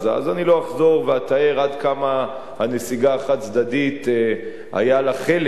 אז אני לא אחזור ואתאר עד כמה הנסיגה החד-צדדית היה לה חלק,